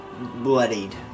bloodied